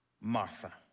Martha